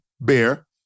Bear